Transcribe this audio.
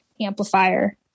amplifier